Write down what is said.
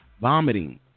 vomiting